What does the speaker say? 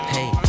Hey